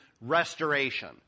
restoration